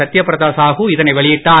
சத்ய பிரத சாகு இதனை வெளியிட்டார்